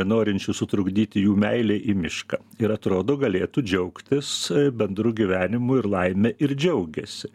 norinčių sutrukdyti jų meilę į mišką ir atrodo galėtų džiaugtis bendru gyvenimu ir laime ir džiaugiasi